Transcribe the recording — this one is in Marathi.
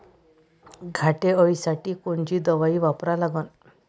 घाटे अळी साठी कोनची दवाई वापरा लागन?